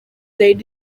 laid